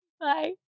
Bye